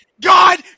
God